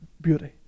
beauty